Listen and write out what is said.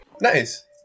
Nice